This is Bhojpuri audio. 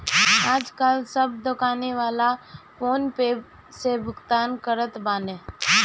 आजकाल सब दोकानी वाला फ़ोन पे से भुगतान करत बाने